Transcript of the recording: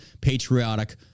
patriotic